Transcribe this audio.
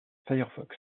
firefox